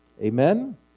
Amen